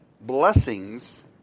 blessings